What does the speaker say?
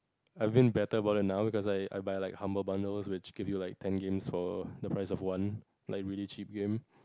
I've been better about it now because I I buy like humble bundles which give you like ten games for the price of one like really cheap game